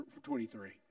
23